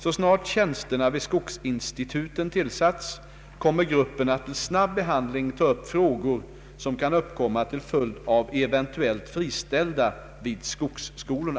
Så snart tjänsterna vid skogsinstituten tillsatts kommer gruppen att till snabb behandling ta upp frågor som kan uppkomma till följd av eventuellt friställda vid skogsskolorna.